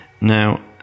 Now